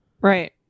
Right